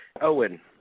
Owen